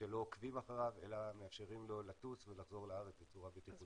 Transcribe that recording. שלא עוקבים אחריו אלא מאפשרים לו לטוס ולחזור לארץ בצורה בטיחותית.